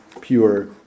pure